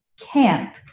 camp